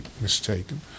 mistaken